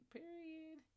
period